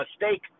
mistake